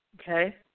Okay